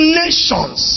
nations